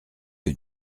que